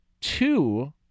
Two